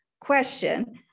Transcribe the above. question